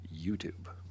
YouTube